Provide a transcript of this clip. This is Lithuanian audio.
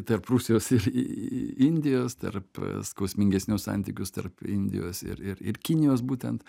tarp rusijos ir indijos tarp skausmingesnius santykius tarp indijos ir ir ir kinijos būtent